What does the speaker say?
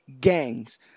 gangs